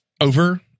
over